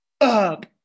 up